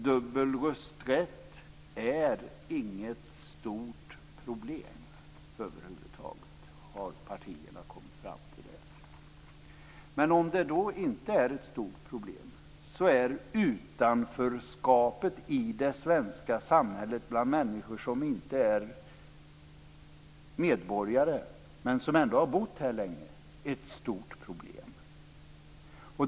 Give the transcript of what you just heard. Dubbel rösträtt är inget stort problem över huvud taget, har partierna kommit fram till. Men om detta inte är något stort problem, så är utanförskapet i det svenska samhället bland människor som inte är medborgare men som ändå har bott här länge ett stort problem.